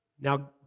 Now